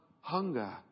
hunger